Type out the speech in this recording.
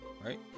right